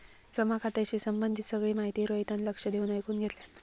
जमा खात्याशी संबंधित सगळी माहिती रोहितान लक्ष देऊन ऐकुन घेतल्यान